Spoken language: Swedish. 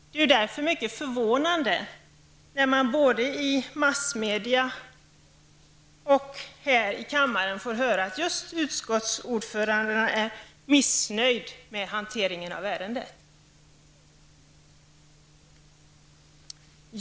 Det är därför mycket förvånande när man både i masmedia och här i kammaren får höra att just utskottsordförandena är missnöjda med hanteringen av ärendet.